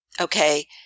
okay